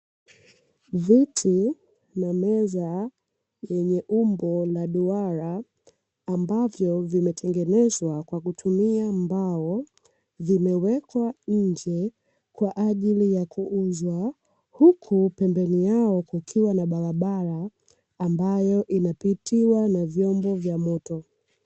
Viti na meza vyenye umbo la duara, ambavyo vimetengenezwa kwa kutumia mbao. Vimewekwa nje kwa ajili yakuuzwa, huku pembeni yao kukiwa na barabara ambayo inapitiwa na vyombo vya moto.